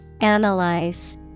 Analyze